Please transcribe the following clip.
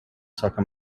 soccer